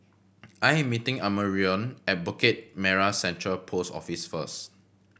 I am meeting Amarion at Bukit Merah Central Post Office first